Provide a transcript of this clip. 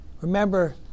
Remember